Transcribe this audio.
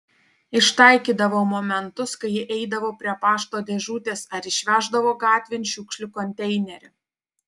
ištaikydavau momentus kai ji eidavo prie pašto dėžutės ar išveždavo gatvėn šiukšlių konteinerį